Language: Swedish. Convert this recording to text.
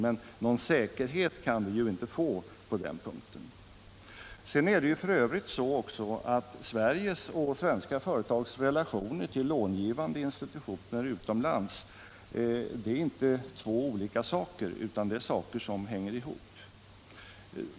Men någon säkerhet kan vi inte få på den punkten. F. ö. är Sveriges och svenska företags relationer till långivande institutioner utomlands inte två olika saker, utan det är saker som hänger ihop.